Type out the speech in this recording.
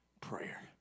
prayer